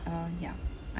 uh ya